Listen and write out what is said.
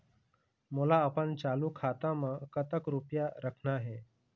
मोला अपन चालू खाता म कतक रूपया रखना हे?